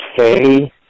okay